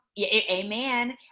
amen